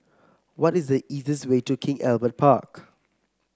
what is the easiest way to King Albert Park